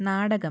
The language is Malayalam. നാടകം